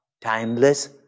timeless